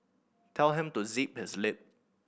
tell him to zip his lip